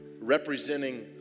representing